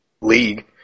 League